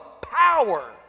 power